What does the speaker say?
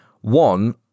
one